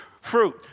fruit